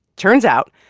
turns out,